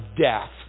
death